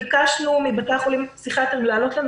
ביקשנו מבתי החולים הפסיכיאטריים להעלות לנו